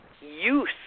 use